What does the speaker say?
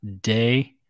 day